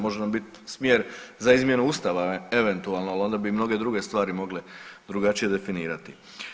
Može nam biti smjer za izmjenu Ustava eventualno, ali onda bi i mnoge druge stvari mogle drugačije definirati.